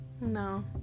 No